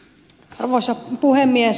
arvoisa puhemies